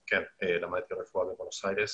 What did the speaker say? למדתי רפואה בבואנוס איירס